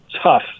tough